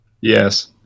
Yes